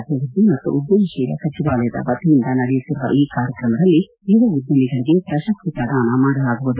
ಅಭಿವ್ಬದ್ದಿ ಮತ್ತು ಉದ್ಯಮಶೀಲ ಸಚಿವಾಲಯದ ವತಿಯಿಂದ ನಡೆಯುತ್ತಿರುವ ಈ ಕಾರ್ಯಕ್ರಮದಲ್ಲಿ ಯುವ ಉದ್ಯಮಿಗಳಿಗೆ ಪ್ರಶಸ್ತಿ ಪ್ರದಾನ ಮಾಡಲಾಗುವುದು